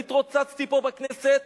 אני התרוצצתי פה בכנסת